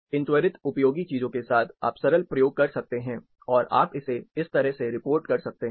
इन त्वरित उपयोगी चीजों के साथ आप सरल प्रयोग कर सकते हैं और आप इसे इस तरह से रिपोर्ट कर सकते हैं